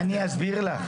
אני אסביר לך,